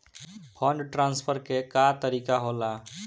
Fund transfer के का तरीका होला?